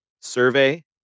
Survey